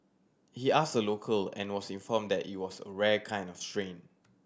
he asked a local and was informed that it was a a rare kind of train